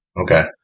Okay